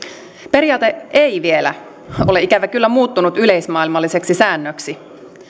periaate ei vielä ole ikävä kyllä muuttunut yleismaailmalliseksi säännöksi